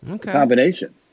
combination